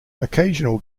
occasional